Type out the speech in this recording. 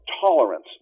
tolerance